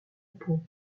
pau